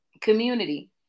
community